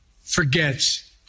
forgets